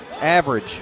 average